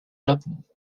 japon